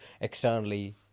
externally